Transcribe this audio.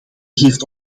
geeft